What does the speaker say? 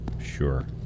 Sure